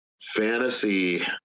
fantasy